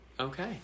Okay